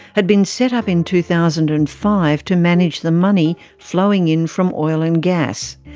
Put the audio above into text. had been set up in two thousand and five to manage the money flowing in from oil and gas.